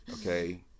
okay